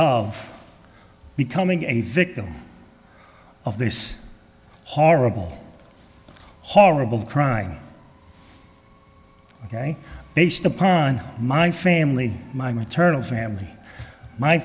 of becoming a victim of this horrible horrible crime ok based upon my family my maternal family my